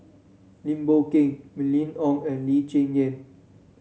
Lim Boon Keng Mylene Ong and Lee Cheng Yan